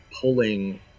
pulling